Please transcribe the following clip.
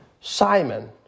Simon